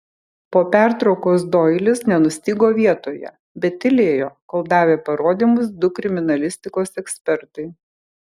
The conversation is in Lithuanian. po pertraukos doilis nenustygo vietoje bet tylėjo kol davė parodymus du kriminalistikos ekspertai